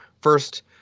first